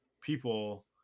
people